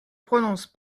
prononce